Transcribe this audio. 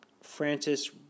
Francis